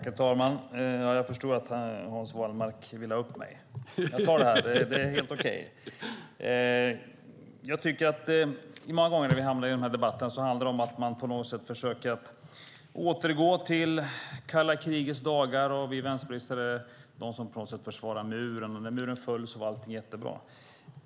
Herr talman! Jag förstår att Hans Wallmark vill ha upp mig i talarstolen. Det är helt okej för mig. Många gånger när vi hamnar i dessa debatter handlar det om att man försöker återgå till kalla krigets dagar och att vi vänsterpartister på något sätt är de som försvarar muren. När muren föll var allt jättebra.